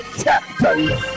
captain